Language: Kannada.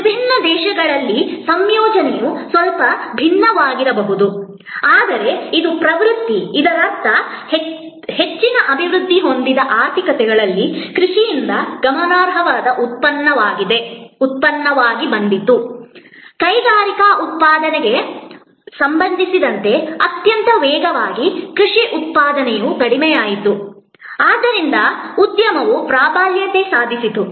ವಿಭಿನ್ನ ದೇಶಗಳಲ್ಲಿ ಸಂಯೋಜನೆಯು ಸ್ವಲ್ಪ ಭಿನ್ನವಾಗಿರಬಹುದು ಆದರೆ ಇದು ಪ್ರವೃತ್ತಿ ಆಗಿದೆ ಇದರರ್ಥ ಹೆಚ್ಚಿನ ಅಭಿವೃದ್ಧಿ ಹೊಂದಿದ ಆರ್ಥಿಕತೆಗಳಲ್ಲಿ ಕೃಷಿಯಿಂದ ಗಮನಾರ್ಹವಾದ ಉತ್ಪಾದನೆ ಬಂದಿತು ಕೈಗಾರಿಕಾ ಉತ್ಪಾದನೆಗೆ ಸಂಬಂಧಿಸಿದಂತೆ ಅತ್ಯಂತ ವೇಗವಾಗಿ ಕೃಷಿ ಉತ್ಪಾದನೆಯು ಕಡಿಮೆಯಾಯಿತು ಆದ್ದರಿಂದ ಉದ್ಯಮವು ಪ್ರಾಬಲ್ಯ ಸಾಧಿಸಿತು